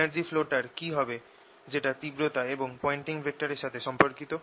energy flow টার কি হবে যেটা তীব্রতা এবং পয়েন্টিং ভেক্টর এর সাথে সম্পর্কিত